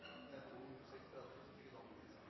Men det er sånn at